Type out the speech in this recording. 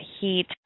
heat